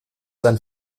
einen